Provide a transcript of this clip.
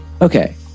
Okay